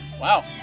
Wow